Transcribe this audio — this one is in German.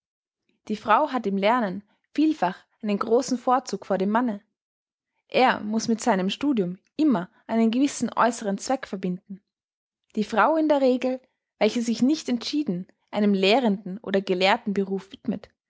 die frau hat im lernen vielfach einen großen vorzug vor dem manne er muß mit seinem studium immer einen gewissen äußeren zweck verbinden die frau in der regel welche sich nicht entschieden einem lehrenden oder gelehrten beruf widmet